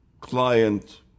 client